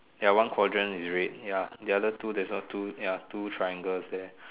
ya one quadrant is red ya the other two there's a two ya two triangles there